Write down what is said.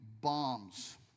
bombs